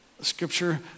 scripture